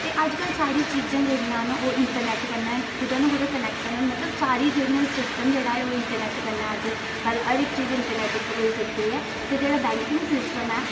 ते अज्जकल सारियां चीजां जेह्ड़ियां न ओह् इंटरनैट कन्नै कुदै ना कुदै कनैक्ट न मतलब सारियां जेह्ड़ियां सिस्टम जेह्ड़ा ओह् इंटरनैट कन्नै अज्ज कल हर इक चीज इंटरनैट कन्नै होई सकदी ऐ ते जेह्ड़ा बैंकिंग सिस्टम ऐ